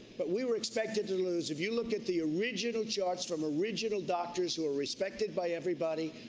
but we were expected to lose if you look at the original charts from original doctors who are respected by everybody,